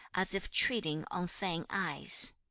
as if treading on thin ice,